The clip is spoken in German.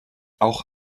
auch